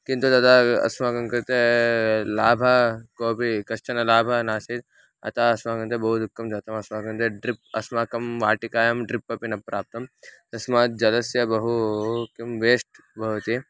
किन्तु तदा अस्माकं कृते लाभः कोपि कश्चन लाभः नासीत् अतः अस्माकं कृते बहु दुःखं जातम् अस्माकं कृते ड्रिप् अस्माकं वाटिकायां ड्रिप् अपि न प्राप्तं तस्मात् जलस्य बहु किं वेस्ट् भवति